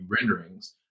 renderings